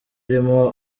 irimo